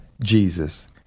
jesus